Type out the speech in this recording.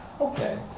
Okay